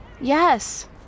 Yes